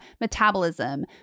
metabolism